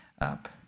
up